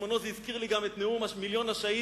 בזמנו זה הזכיר לי גם את נאום מיליון השהידים,